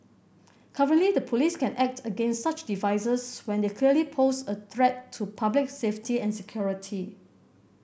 currently the police can act against such devices when they clearly pose a threat to public safety and security